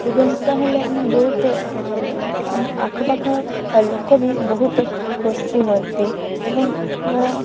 ସୁଗନ୍ଧିତ ହେଲେ ଆମେ ବହୁତ ଆଖପାଖ ଲୋକ ବି ବହୁତ ଖୁସି ହୁଅନ୍ତି ଏବଂ ଆମର